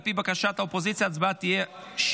על פי בקשת האופוזיציה, ההצבעה תהיה שמית.